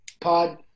pod